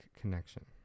connection